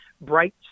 Bright